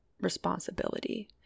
responsibility